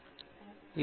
Viswanathan Aam